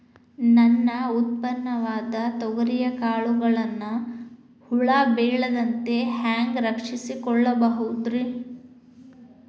ನನ್ನ ಉತ್ಪನ್ನವಾದ ತೊಗರಿಯ ಕಾಳುಗಳನ್ನ ಹುಳ ಬೇಳದಂತೆ ಹ್ಯಾಂಗ ರಕ್ಷಿಸಿಕೊಳ್ಳಬಹುದರೇ?